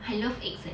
I love eggs leh